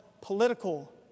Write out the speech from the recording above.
political